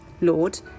Lord